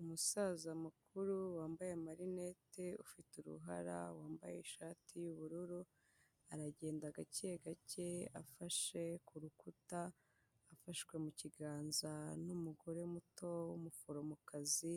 Umusaza mukuru, wambaye amarinete ufite uruhara, wambaye ishati y'ubururu, aragenda agake gake, afashe ku rukuta, afashwe mu kiganza n'umugore muto w'umuforomokazi,